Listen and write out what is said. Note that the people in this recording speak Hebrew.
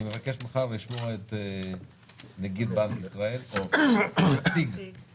אני מבקש מחר לשמוע את נגיד בנק ישראל או נציג בנק ישראל.